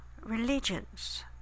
religions